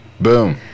boom